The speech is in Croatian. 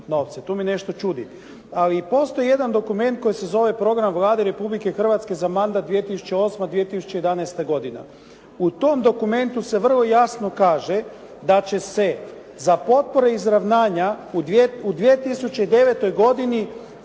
Tu me nešto čudi. Ali postoji jedan dokument koji se zove Program Vlade Republike Hrvatske za mandat 2008., 2011. godina. U tom dokumentu se vrlo jasno kaže, da će se za potpore izravnjavnja u 2009. godini